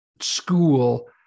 school